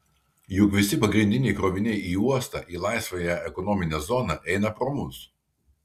juk visi pagrindiniai kroviniai į uostą į laisvąją ekonominę zoną eina pro mus